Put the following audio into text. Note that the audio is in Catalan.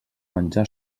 menjar